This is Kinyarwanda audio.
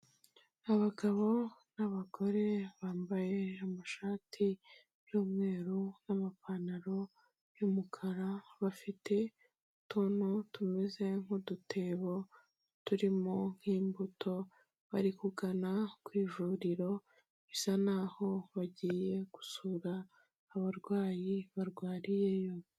abagabo n'abagore bambaye amashati y'umweru n'amapantaro y'umukara, bafite utuntu tumeze nk'udutebo turimo nk'imbuto, bari kugana ku ivuriro bisa naho bagiye gusura abarwayi barwariyeyo.